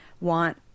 want